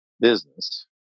business